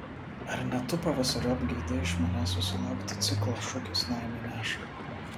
ar ne tu pavasariop geidei iš manęs susilaukti ciklo šukės laimę neša